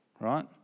right